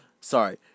Sorry